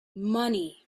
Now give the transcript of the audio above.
money